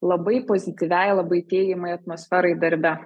labai pozityviai labai teigiamai atmosferai darbe